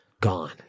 Gone